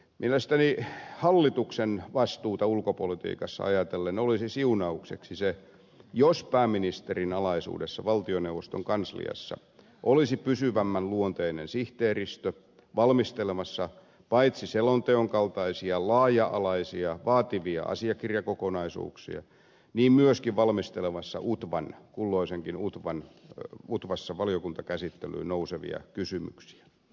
mielestäni hallituksen vastuuta ulkopolitiikassa ajatellen olisi siunaukseksi se jos pääministerin alaisuudessa valtioneuvoston kansliassa olisi pysyvämmän luonteinen sihteeristö valmistelemassa paitsi selonteon kaltaisia laaja alaisia vaativia asiakirjakokonaisuuksia myöskin kulloisessakin utvassa valiokuntakäsittelyyn nousevia kysymyksiä